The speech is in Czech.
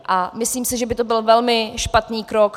A myslím si, že by to byl velmi špatný krok.